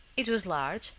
it was large,